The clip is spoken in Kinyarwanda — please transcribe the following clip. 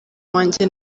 wanjye